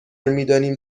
میدانیم